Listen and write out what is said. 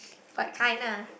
what kind lah